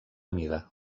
mida